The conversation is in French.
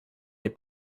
les